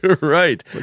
Right